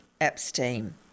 Epstein